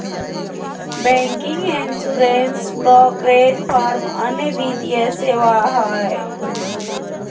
banking, insurance, brokerage firm अन्य वित्तीय सेवा हय